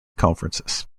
conferences